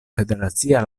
federacia